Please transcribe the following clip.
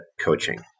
coaching